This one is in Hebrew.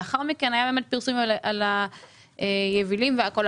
לאחר מכן היה באמת פרסום על היבילים וכו',